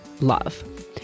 love